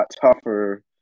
tougher